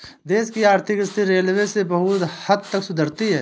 देश की आर्थिक स्थिति रेलवे से बहुत हद तक सुधरती है